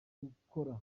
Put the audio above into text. gukora